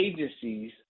agencies